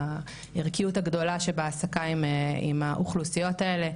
הערכיות הגדולה שבהעסקה עם האוכלוסיות האלה,